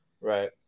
Right